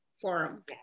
forum